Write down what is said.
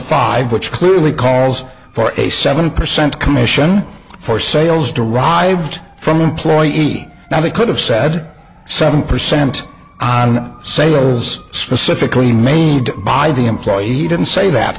five which clearly calls for a seven percent commission for sales derived from employee now they could have said seven percent on sale was specifically made by the employee he didn't say that